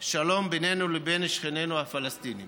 שלום בינינו לבין שכנינו הפלסטינים,